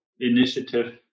initiative